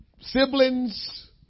siblings